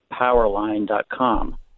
Powerline.com